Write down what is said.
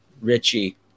Richie